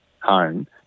home